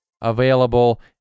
available